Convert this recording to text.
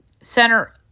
Center